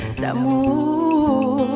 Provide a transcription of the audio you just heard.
d'amour